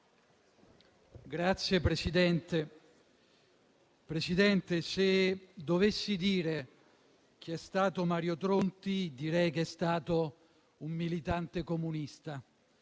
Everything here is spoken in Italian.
Signora Presidente, se dovessi dire chi è stato Mario Tronti direi che è stato un militante comunista.